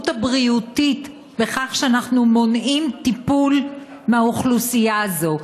הבריאותית בכך שאנחנו מונעים טיפול מהאוכלוסייה הזאת?